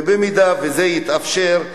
ובמידה שזה יתאפשר,